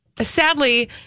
Sadly